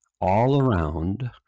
all-around